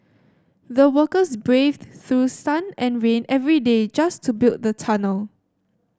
the workers braved through sun and rain every day just to build the tunnel